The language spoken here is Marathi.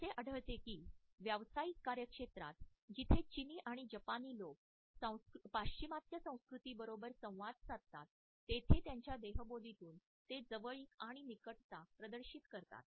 असे आढळते की व्यावसायिक कार्यक्षेत्रात जिथे चिनी आणि जपानी लोक पाश्चिमात्य संस्कृतीबरोबर संवाद साधतात तेथे त्यांच्या देहबोलीतून ते जवळीक आणि निकटता प्रदर्शित करतात